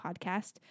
Podcast